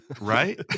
right